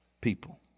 people